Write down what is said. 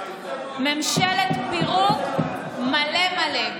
ממשלת פירוק מלא מלא,